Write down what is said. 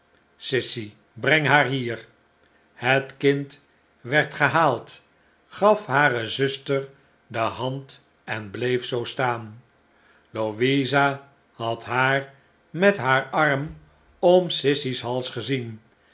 sissy breng haar hier het kind werd gehaald gaf hare zuster de hand en bleef zoo staan louisa had haar met haar arm om sissy's hals gezien